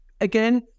Again